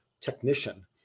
technician